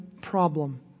problem